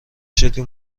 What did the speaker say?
شکلی